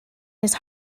his